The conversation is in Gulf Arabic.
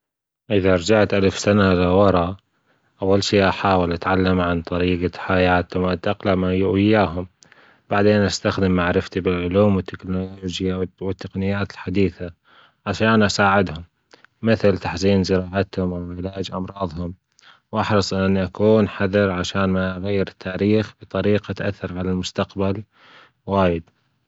أذا رجعت ألف سنة لورة أول شئ أحاول أتعلمة عن طريقة حياتة وان أتأقلم وياهم بعدين استخدم معرفتي بالعلوم والتكنولوجيا والتقنيات الحديثة علشان أساعدهم مثل تحسين زراعتهم أو علاج أمراضهم واحرص على ان اكون حذر علشان ما أغير التاريخ بطريقة تؤثر على المستقبل وايد.